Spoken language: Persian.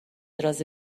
رازی